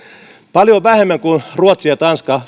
paljon vähemmän kuin ruotsi ja tanska